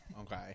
Okay